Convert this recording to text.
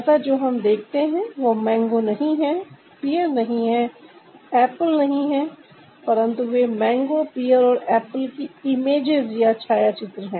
अतः जो हम देखते हैं वह मैंगो नहीं है पियर नहीं है एप्पल नहीं है परन्तु वे मैंगो पीयर और एप्पल की इमेजेस या छाया चित्र हैं